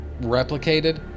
replicated